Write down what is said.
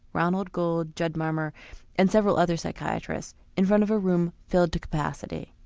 ronald gold, jed malmer and several other psychiatrists in front of a room filled to capacity.